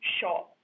shot